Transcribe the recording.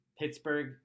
Pittsburgh